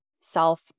self